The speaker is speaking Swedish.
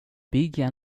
bygga